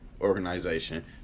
organization